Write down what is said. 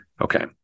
Okay